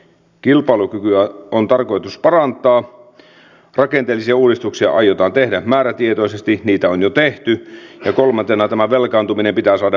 kilpailukykyä on tarkoitus parantaa rakenteellisia uudistuksia aiotaan tehdä määrätietoisesti niitä on jo tehty ja kolmantena tämä velkaantuminen pitää saada pysähtymään